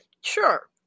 sure